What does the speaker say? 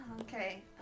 Okay